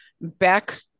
Back